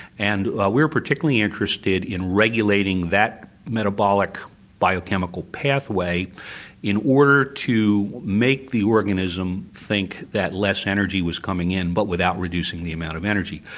and we are particularly interested in regulating that metabolic biochemical pathway in order to make the organism think that less energy was coming in but without reducing the amount of energy.